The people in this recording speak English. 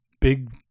big